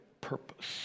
purpose